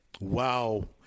Wow